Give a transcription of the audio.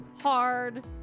hard